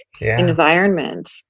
environment